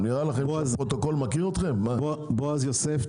בועז יוסף,